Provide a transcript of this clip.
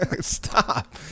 Stop